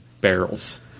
Barrels